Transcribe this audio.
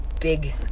big